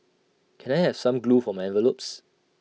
can I have some glue for my envelopes